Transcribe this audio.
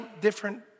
different